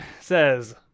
says